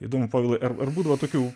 įdomu povilui ar būdavo tokių